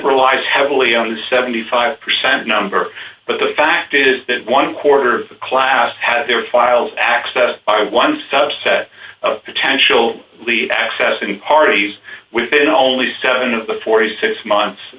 relies heavily on the seventy five percent number but the fact is that one quarter of the class had their files accessed by one subset of potential lead access in parties within only seven of the forty six months